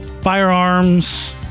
firearms